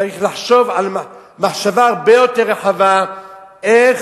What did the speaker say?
צריך לחשוב מחשבה הרבה יותר רחבה איך